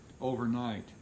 overnight